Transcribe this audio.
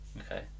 Okay